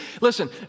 listen